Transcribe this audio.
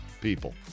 people